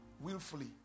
willfully